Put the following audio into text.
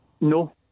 No